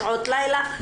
שעות לילה.